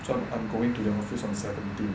so I'm going to the office on seventeen